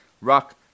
rock